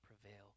prevail